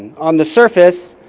on the surface,